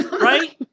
Right